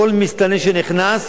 כל מסתנן שנכנס,